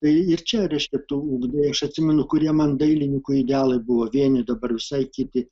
tai ir čia reiškia tu ugdai aš atsimenu kurie man dailininko idealai buvo vieni dabar visai kiti